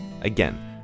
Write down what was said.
Again